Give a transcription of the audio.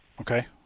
Okay